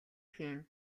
хийнэ